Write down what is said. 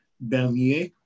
bernier